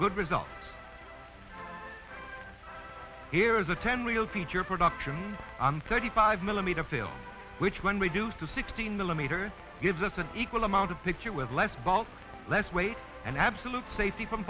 good result here is a ten wheel feature production on thirty five millimeter film which when reduced to sixteen millimeter gives us an equal amount of picture with less bulk less weight and absolute safety from